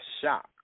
shock